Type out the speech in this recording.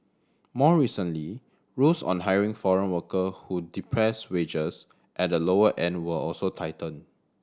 more recently rules on hiring foreign worker who depress wages at the lower end were also tightened